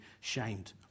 shamed